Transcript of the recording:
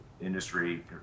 industry